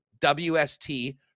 WST